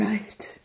Right